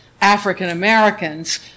african-americans